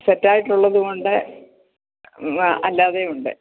set ആയിട്ട് ഉള്ളതുമുണ്ട് ആ അല്ലാതെയും ഉണ്ട്